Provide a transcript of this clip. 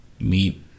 meet